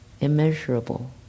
immeasurable